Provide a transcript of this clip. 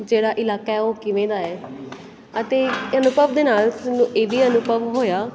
ਜਿਹੜਾ ਇਲਾਕਾ ਹੈ ਉਹ ਕਿਵੇਂ ਦਾ ਹੈ ਅਤੇ ਇਹ ਅਨੁਭਵ ਦੇ ਨਾਲ ਮੈਨੂੰ ਇਹ ਵੀ ਅਨੁਭਵ ਹੋਇਆ